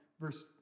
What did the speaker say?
verse